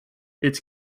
its